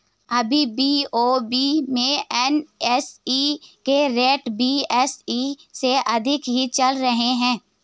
अभी बी.ओ.बी में एन.एस.ई के रेट बी.एस.ई से अधिक ही चल रहे हैं